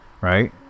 right